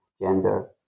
gender